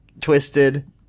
Twisted